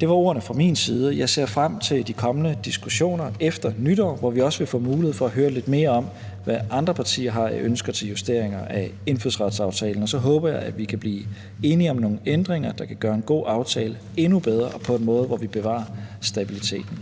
Det var ordene fra min side. Jeg ser frem til de kommende diskussioner efter nytår, hvor vi også vil få mulighed for at høre lidt mere om, hvad andre partier har af ønsker til justeringer af indfødsretsaftalen, og så håber jeg, at vi kan blive enige om nogle ændringer, der kan gøre en god aftale endnu bedre, og på en måde, hvor vi bevarer stabiliteten.